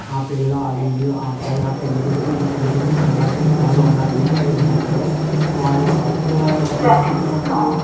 ఆ పెళ్లిలో ఆ వీడియో అబ్బాయి ఆ పెళ్లి కొడుకు ఈ పెళ్లికూతురు కనబడితే చాలు అన్న రీతిగా ఏంటంటే వాళ్ళు తక్కువ డబ్బులకి ఏంటి మనకి